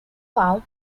found